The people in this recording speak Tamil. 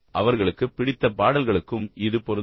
அவர்களுக்குப் பிடித்த பாடல்களுக்கும் இது பொருந்தும்